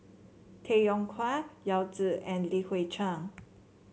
Tay Yong Kwang Yao Zi and Li Hui Cheng